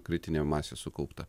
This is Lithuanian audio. kritinė masė sukaupta